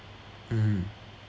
mmhmm